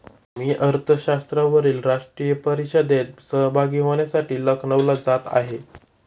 मी अर्थशास्त्रावरील राष्ट्रीय परिषदेत सहभागी होण्यासाठी लखनौला जात आहे